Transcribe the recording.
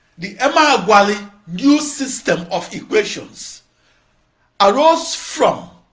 the emeagwali new system of equations arose from